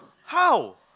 how